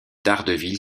daredevil